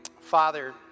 Father